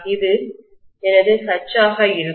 இது எனது H ஆக இருக்கும்